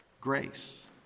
grace